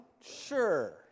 Sure